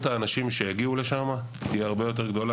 להיות הרבה יותר גדולה,